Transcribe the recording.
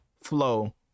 flow